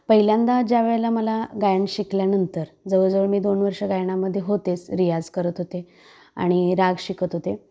पहिल्यांदा ज्यावेळेला मला गायन शिकल्यानंतर जवळजवळ मी दोन वर्ष गायनामध्ये होतेच रियाज करत होते आणि राग शिकत होते